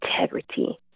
integrity